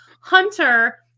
hunter